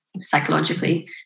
psychologically